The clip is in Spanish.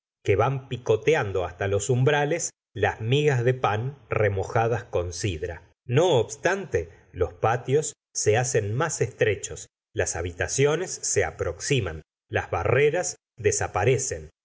que van picoteando hasta los umbrales las migas de pan remojado con cidra no obstante los patios se hacen más estrechos las habitaciones se aproximan las barreras desaparecen